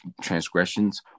transgressions